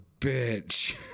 bitch